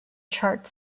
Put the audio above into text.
chart